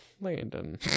Landon